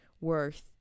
worth